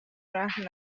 رحم